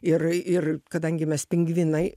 ir ir kadangi mes pingvinai